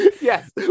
Yes